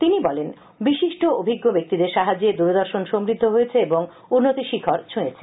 তিনি বলেন বিশিষ্ট অভিজ্ঞ ব্যক্তিদের সাহায্যে দূরদর্শন সমৃদ্ধ হয়েছে উন্নতির শিখর ছুঁয়েছে